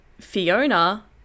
Fiona